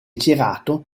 girato